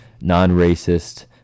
non-racist